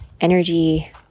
energy